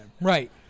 Right